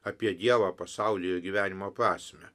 apie dievą pasaulį ir gyvenimo prasmę